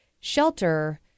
shelter